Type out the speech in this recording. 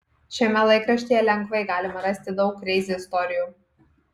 šiame laikraštyje lengvai galima rasti daug kreizi istorijų